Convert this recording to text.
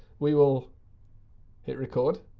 we will hit record.